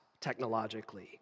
technologically